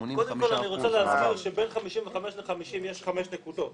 85%. קודם כל אני רוצה להזכיר שבין 55 ל-50 יש חמש נקודות,